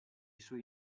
suoi